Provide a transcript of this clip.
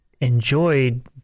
enjoyed